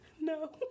No